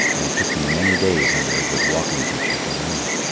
and it took me many days under a good walking-teacher to learn it.